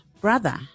brother